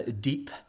deep